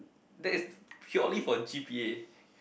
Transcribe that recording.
that is purely for g_p_a